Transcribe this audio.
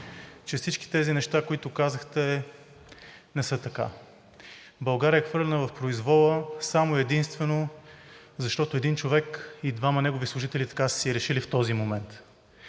че всичките тези неща, които казахте, не са така. България е хвърлена в произвола само и единствено защото един човек и двама негови служители така са си решили в този момент.